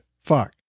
fuck